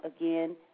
Again